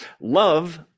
Love